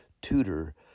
tutor